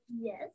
Yes